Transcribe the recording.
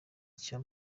kiba